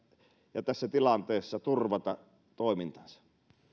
ja tässä tilanteessa turvata toimintansa